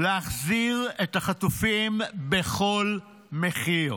להחזיר את החטופים בכל מחיר.